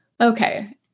okay